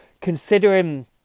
considering